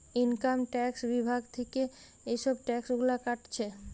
income tax বিভাগ থিকে এসব ট্যাক্স গুলা কাটছে